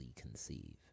conceive